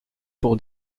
pour